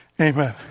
Amen